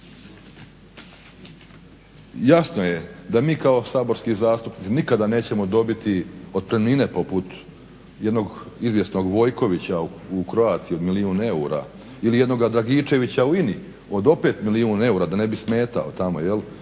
jasno je da mi kao saborski zastupnici nikada nećemo dobiti otpremnine poput jednog izvjesnog Vojkovića u Croatiji, milijun eura ili jednoga Dragičevića u INA-i od opet milijun eura da ne bi smetao tamo jer